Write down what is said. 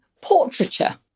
portraiture